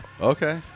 Okay